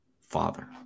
father